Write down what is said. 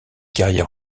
carrière